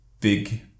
big